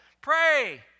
pray